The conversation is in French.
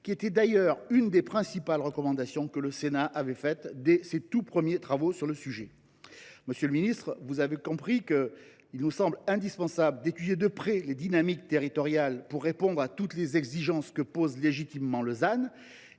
C’était l’une des principales recommandations du Sénat dans ses tout premiers travaux sur le sujet. Monsieur le ministre, vous l’avez compris, il nous semble indispensable d’étudier de près les dynamiques territoriales pour répondre à toutes les exigences qu’impose légitimement le ZAN.